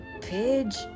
Pidge